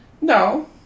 No